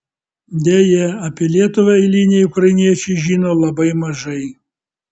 deja apie lietuvą eiliniai ukrainiečiai žino labai mažai